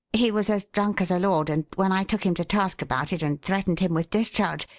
he was as drunk as a lord, and when i took him to task about it and threatened him with discharge,